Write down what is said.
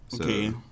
Okay